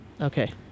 Okay